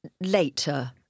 later